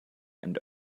and